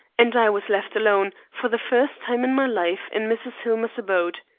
and i was left alone, for the first time in my life, in mrs. hillmer's abode.